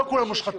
לא כולם מושחתים.